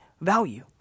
value